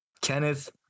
Kenneth